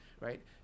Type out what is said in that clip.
right